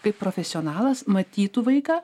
kaip profesionalas matytų vaiką